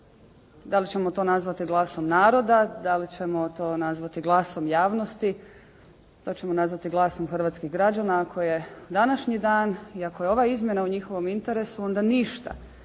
Da li ćemo to nazvati glasom naroda, da li ćemo to nazvati glasom javnosti, da li ćemo nazvati danom hrvatskih građana ako je današnji dan i ako je ova izmjena u njihovom interesu, onda ništa,